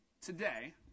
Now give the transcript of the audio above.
today